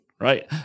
Right